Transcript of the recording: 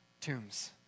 tombs